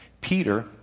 Peter